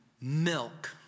milk